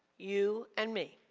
you and me.